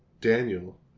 Daniel